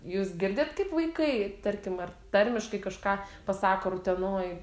jūs girdit kaip vaikai tarkim ar tarmiškai kažką pasako ar utenoj